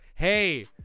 Hey